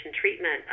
treatment